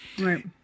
Right